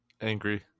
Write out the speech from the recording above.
Angry